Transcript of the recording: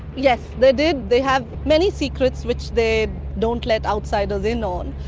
yes, they did. they have many secrets which they don't let outsiders in on,